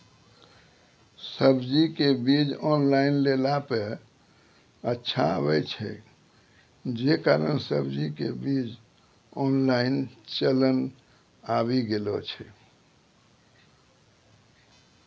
सब्जी के बीज ऑनलाइन लेला पे अच्छा आवे छै, जे कारण सब्जी के बीज ऑनलाइन चलन आवी गेलौ छै?